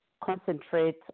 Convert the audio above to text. concentrate